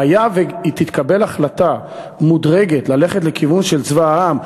והיה ותתקבל החלטה ללכת בהדרגה לכיוון של צבא העם,